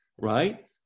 right